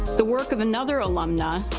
the work of another alumna,